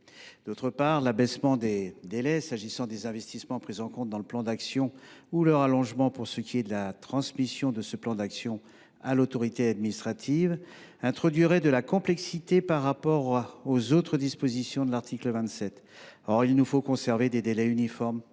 la transposer ! L’abaissement des délais, pour ce qui concerne les investissements pris en compte dans le plan d’action, ou leur allongement, pour ce qui est de la transmission de ce plan à l’autorité administrative, introduirait de la complexité par rapport aux autres dispositions de l’article 27. Il nous faut conserver des délais uniformes